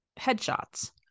headshots